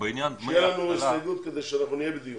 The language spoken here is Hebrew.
שיהיה לנו הסתייגות כדי שאנחנו נהיה בדיון.